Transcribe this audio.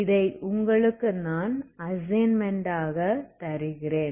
இதை உங்களுக்கு நான் அசைன்மென்ட் ஆக தருகிறேன்